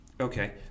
Okay